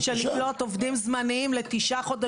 גם מקבלים יפה את האנשים בארץ שעבדו כבר הרבה זמן לקבל את האשרה,